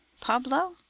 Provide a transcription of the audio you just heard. Pablo